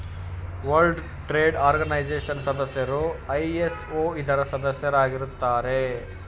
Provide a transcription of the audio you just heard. world trade organisation ಸದಸ್ಯರು ISO ಇದರ ಸದಸ್ಯರಾಗಿರುತ್ತಾರೆ